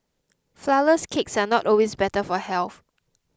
Flourless Cakes are not always better for health